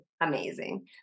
amazing